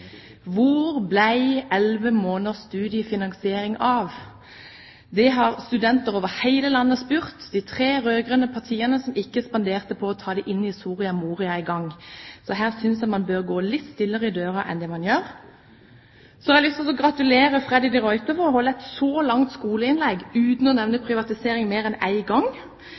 Hvor ble 11 måneders studiefinansiering av? Det har studenter over hele landet spurt om, de tre rød-grønne partiene spanderte ikke å ta det inn i Soria Moria engang. Så her synes jeg man bør gå litt stillere i dørene enn det man gjør. Så har jeg lyst til å gratulere Freddy de Ruiter med å holde et så langt skoleinnlegg uten å nevne privatisering mer enn én gang.